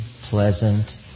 pleasant